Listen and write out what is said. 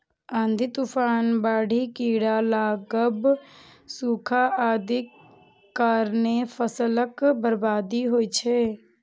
आंधी, तूफान, बाढ़ि, कीड़ा लागब, सूखा आदिक कारणें फसलक बर्बादी होइ छै